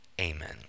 amen